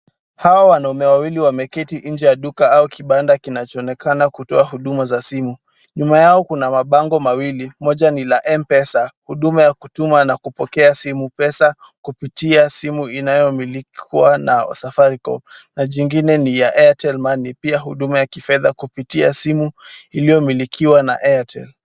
Hawa wanaume wawili wameketi nje ya duka au kibanda kinachoonekana kutoa huduma za simu. Nyuma yao kuna mabango mawili, moja ni la M-Pesa huduma ya kutuma na kupokea simu kupitia simu inayomilikiwa na Safaricom na jingine ni ya Airtelmoney pia huduma ya kifedha kutumia simu iliyomilikiwa na Airtel.